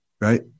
right